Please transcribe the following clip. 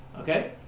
Okay